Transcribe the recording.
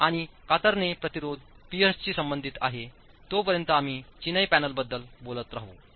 आणि कातरणे प्रतिरोध पियर्सशी संबंधित आहे तोपर्यंत आम्ही चिनाई पॅनेलबद्दल बोलत राहू